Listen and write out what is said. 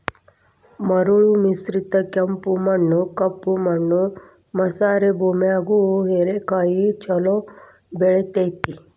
ಮರಳು ಮಿಶ್ರಿತ ಕೆಂಪು ಮಣ್ಣ, ಕಪ್ಪು ಮಣ್ಣು ಮಸಾರೆ ಭೂಮ್ಯಾಗು ಹೇರೆಕಾಯಿ ಚೊಲೋ ಬೆಳೆತೇತಿ